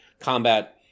combat